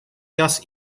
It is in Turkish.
yas